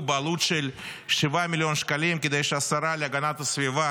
בעלות של 7 מיליון שקלים כדי שהשרה להגנת הסביבה